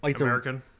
American